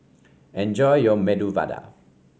enjoy your Medu Vada